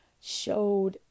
showed